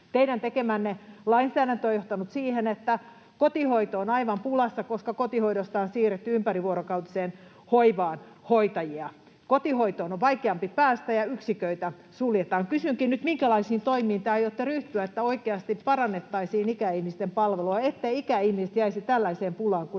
Teidän tekemänne lainsäädäntö on johtanut siihen, että kotihoito on aivan pulassa, koska kotihoidosta on siirretty ympärivuorokautiseen hoivaan hoitajia. Kotihoitoon on vaikeampi päästä, ja yksiköitä suljetaan. Kysynkin nyt: minkälaisiin toimiin te aiotte ryhtyä, että oikeasti parannettaisiin ikäihmisten palvelua, etteivät ikäihmiset jäisi tällaiseen pulaan, johon nyt